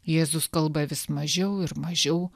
jėzus kalba vis mažiau ir mažiau